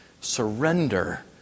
surrender